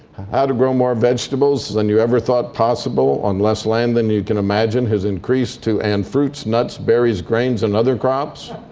how to grow more vegetables than you ever thought possible on less land than you can imagine has increased to and fruits, nuts, berries, grains, and other crops.